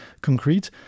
concrete